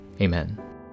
Amen